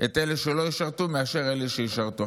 את אלה שלא ישרתו מאשר את אלה שישרתו.